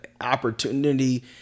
opportunity